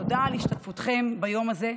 תודה על השתתפותכם ביום הזה,